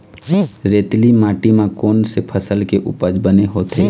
रेतीली माटी म कोन से फसल के उपज बने होथे?